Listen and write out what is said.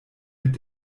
mit